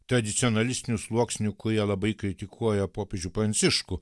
tradicionalistinių sluoksnių kurie labai kritikuoja popiežių pranciškų